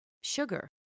sugar